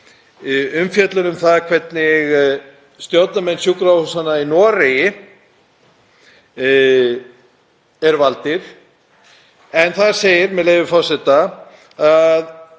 umfjöllun um það hvernig stjórnarmenn sjúkrahúsanna í Noregi eru valdir. Þar segir, með leyfi forseta, að